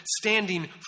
standing